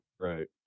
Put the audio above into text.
right